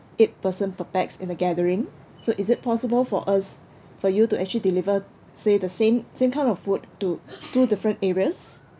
eight person per pax in the gathering so is it possible for us for you to actually deliver say the same same kind of food to two different areas